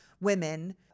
women